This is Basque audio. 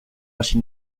hasi